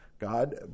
God